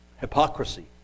hypocrisy